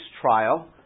trial